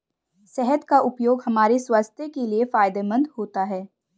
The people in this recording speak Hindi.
शहद का उपयोग हमारे स्वास्थ्य के लिए फायदेमंद होता है